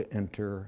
enter